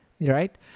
right